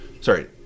sorry